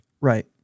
Right